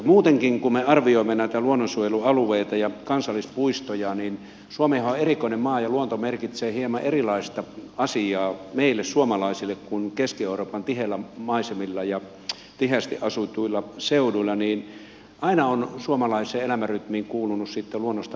muutenkin kun me arvioimme näitä luonnonsuojelualueita ja kansallispuistoja suomihan on erikoinen maa ja luonto merkitsee hieman erilaista asiaa meille suomalaisille kuin keski euroopan tiheillä maisemilla ja tiheästi asutuilla seuduilla niin aina on suomalaiseen elämänrytmiin kuulunut luonnosta nauttiminen